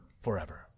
forever